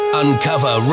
uncover